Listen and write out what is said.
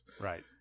Right